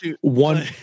one